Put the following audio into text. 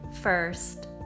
first